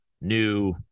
new